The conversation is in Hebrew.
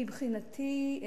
מבחינתי,